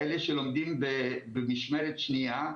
כאלה שלומדים במשמרת שנייה,